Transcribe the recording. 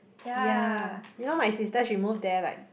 yea you know my sister she move there like